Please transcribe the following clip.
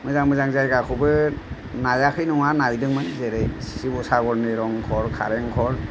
मोजां मोजां जायगाखौबो नायाखै नङा नायदोंमोन जेरै शिबसागरनि रंघर कारेंघर